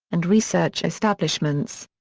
and research establishments.